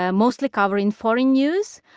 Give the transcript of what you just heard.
ah mostly covering foreign news.